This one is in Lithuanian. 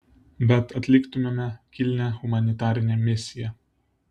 bet atliktumėme kilnią humanitarinę misiją